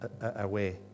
away